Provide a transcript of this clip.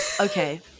Okay